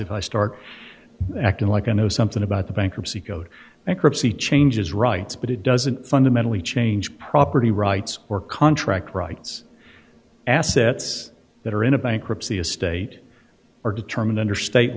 if i start acting like i know something about the bankruptcy code changes rights but it doesn't fundamentally change property rights or contract rights assets that are in a bankruptcy a state are determined under state